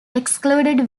excluded